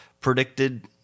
predicted